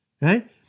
right